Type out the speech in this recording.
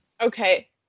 okay